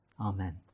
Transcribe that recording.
Amen